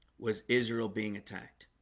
was israel being attacked